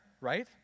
right